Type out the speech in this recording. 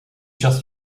just